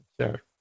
Sure